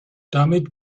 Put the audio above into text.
damit